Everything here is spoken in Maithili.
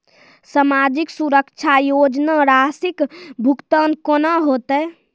समाजिक सुरक्षा योजना राशिक भुगतान कूना हेतै?